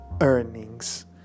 earnings